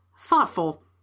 thoughtful